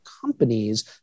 companies